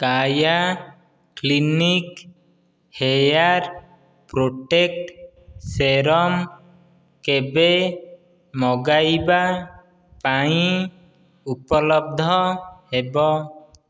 କାୟା clinic hair protect serum କେବେ ମଗାଇବା ପାଇଁ ଉପଲବ୍ଧ ହେବ